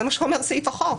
זה מה שאומר סעיף החוק.